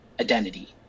identity